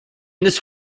this